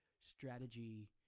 strategy